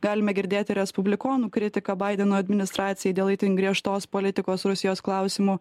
galime girdėti respublikonų kritiką baideno administracijai dėl itin griežtos politikos rusijos klausimu